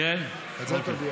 תודיע